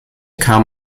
kam